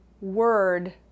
word